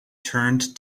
turned